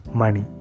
money